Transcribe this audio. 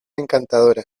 encantadora